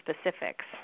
specifics